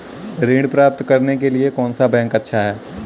ऋण प्राप्त करने के लिए कौन सा बैंक अच्छा है?